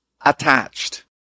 attached